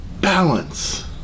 balance